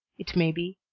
it may be,